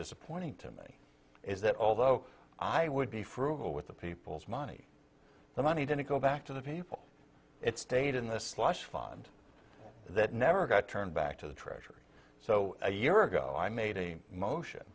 disappointing to me is that although i would be frugal with the people's money the money didn't go back to the people it stayed in the slush fund that never got turned back to the treasury so a year ago i made a motion